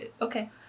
okay